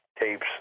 tapes